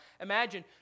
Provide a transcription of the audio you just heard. imagine